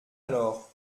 alors